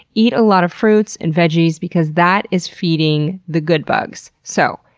eat a lot of fruits and veggies because that is feeding the good bugs. so,